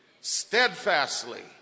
steadfastly